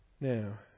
Now